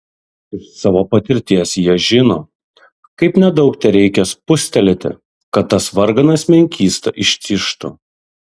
iš savo patirties jie žino kaip nedaug tereikia spustelėti kad tas varganas menkysta ištižtų